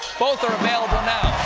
both are available now.